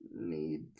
Need